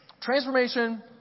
Transformation